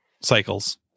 cycles